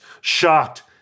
shocked